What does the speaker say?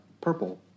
purple